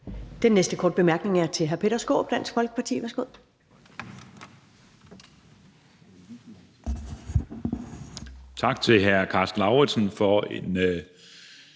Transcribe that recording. Den næste korte bemærkning er til hr. Peter Skaarup, Dansk Folkeparti. Værsgo.